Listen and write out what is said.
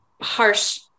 harsh